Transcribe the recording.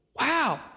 Wow